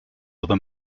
other